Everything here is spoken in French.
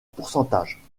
pourcentage